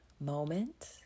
moment